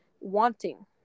wanting